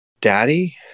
daddy